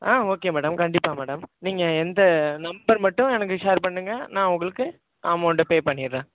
okay madam கண்டிப்பாக madam நீங்கள் எந்த நம்பர் மட்டும் எனக்கு ஷேர் பண்ணுங்கள் நான் உங்களுக்கு அமௌன்ட்டை பே பண்ணிடுறேன்